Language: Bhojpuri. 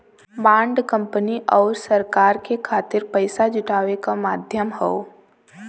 बॉन्ड कंपनी आउर सरकार के खातिर पइसा जुटावे क माध्यम हौ